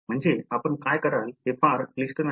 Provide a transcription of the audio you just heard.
म्हणजे आपण काय कराल हे फार क्लिष्ट नाही